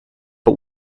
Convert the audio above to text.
but